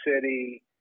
city